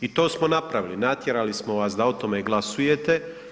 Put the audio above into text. I to smo napravili, natjerali smo vas da o tome glasujete.